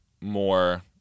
more